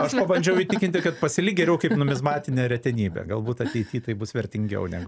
aš pabandžiau įtikinti kad pasilik geriau kaip numizmatinę retenybę galbūt ateity tai bus vertingiau negu